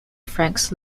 franks